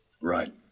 Right